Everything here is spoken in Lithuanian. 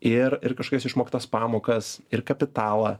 ir ir kažkokias išmoktas pamokas ir kapitalą